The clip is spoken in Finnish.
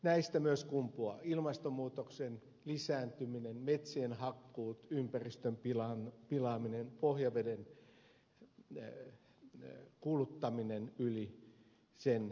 näistä myös kumpuavat ilmastonmuutoksen lisääntyminen metsien hakkuut ympäristön pilaaminen pohjaveden kuluttaminen yli sen kestokyvyn